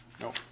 Nope